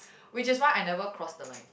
which is why I never cross the line